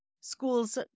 schools